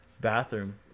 bathroom